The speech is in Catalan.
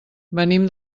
venim